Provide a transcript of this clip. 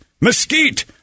Mesquite